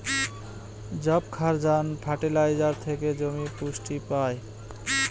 যবক্ষারজান ফার্টিলাইজার থেকে জমি পুষ্টি পায়